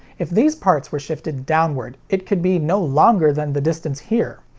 if these parts were shifted downward, it could be no longer than the distance here.